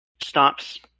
stops